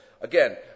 Again